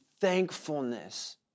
thankfulness